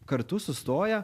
kartu sustoję